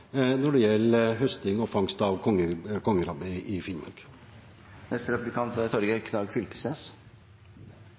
når det gjelder høsting og fangst av kongekrabbe i Finnmark. Eg forstår det slik på fiskeriministeren at dersom ein er